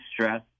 stress